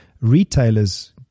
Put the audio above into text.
retailers